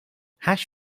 hash